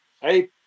hey